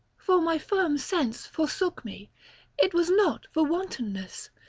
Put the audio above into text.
for my firm sense forsook me it was not for wantonness.